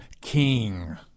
king